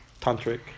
tantric